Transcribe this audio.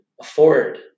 afford